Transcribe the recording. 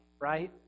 right